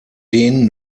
den